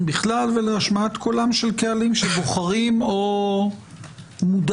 בכלל ולהשמעת קולם של קהלים שבוחרים או מודרים